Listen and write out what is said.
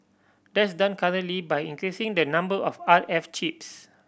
that's done currently by increasing the number of R F chips